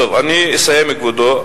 טוב, אני אסיים, כבודו.